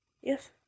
Yes